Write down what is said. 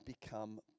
become